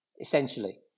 essentially